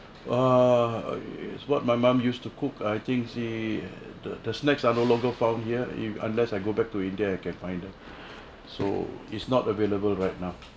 uh it's what my mom used to cook I think the the the snacks are no longer found here unless I go back to india I can find it so it's not available right now